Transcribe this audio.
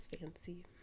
fancy